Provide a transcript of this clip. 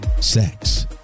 sex